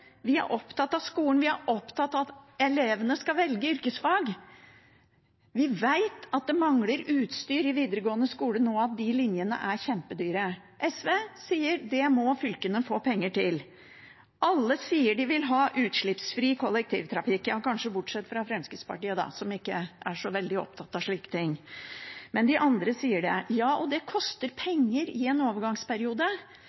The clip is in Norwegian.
Vi er opptatt av skolen. Vi er opptatt av at elevene skal velge yrkesfag. Vi vet at det mangler utstyr i videregående skole, og at de linjene er kjempedyre. SV sier: Det må fylkene få penger til. Alle sier de vil ha utslippsfri kollektivtrafikk – kanskje bortsett fra Fremskrittspartiet, som ikke er så veldig opptatt av slike ting. Det koster penger i en overgangsperiode, men det